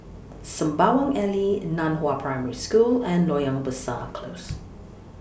Sembawang Alley NAN Hua Primary School and Loyang Besar Close